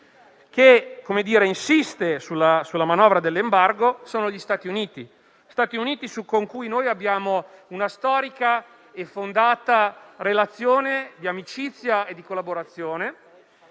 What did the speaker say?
che insiste sulla manovra dell'embargo sono gli Stati Uniti, con cui abbiamo una storica e fondata relazione di amicizia e di collaborazione,